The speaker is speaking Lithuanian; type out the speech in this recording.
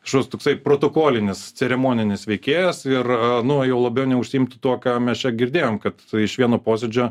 kažkoks toksai protokolinis ceremoninis veikėjas ir nu juo labiau neužsiimtų tuo ką mes čia girdėjom kad iš vieno posėdžio